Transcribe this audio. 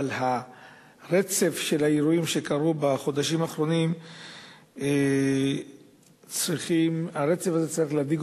אבל רצף האירועים שקרו בחודשים האחרונים צריך להדאיג